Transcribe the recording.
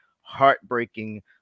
heartbreaking